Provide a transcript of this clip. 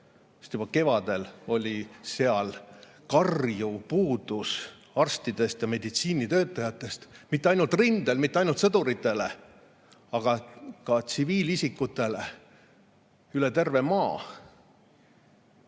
kevadel oli seal karjuv puudus arstidest ja meditsiinitöötajatest. Mitte ainult rindel, mitte ainult sõduritele, vaid ka tsiviilisikutele üle terve maa.